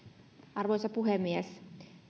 arvoisa puhemies